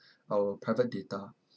our private data